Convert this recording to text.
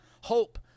hope